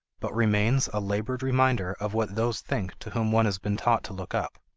but remains a labored reminder of what those think to whom one has been taught to look up.